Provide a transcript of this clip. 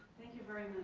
thank you very